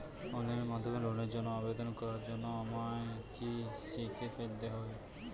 Online মাধ্যমে লোনের জন্য আবেদন করার জন্য আমায় কি কি শিখে ফেলতে হবে?